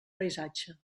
paisatge